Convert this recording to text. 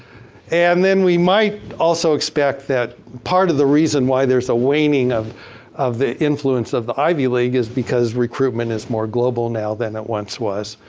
and then we might also expect that part of the reason why there's a waning of of the influence of the ivy league is because recruitment is more global now than it once was.